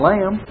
Lamb